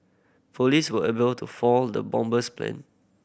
police were able to foil the bomber's plan